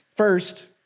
First